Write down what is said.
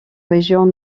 région